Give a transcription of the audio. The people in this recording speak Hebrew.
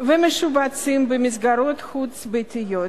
ומשובצים במסגרות חוץ-ביתיות.